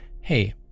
hey